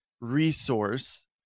resource